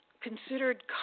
considered